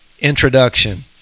introduction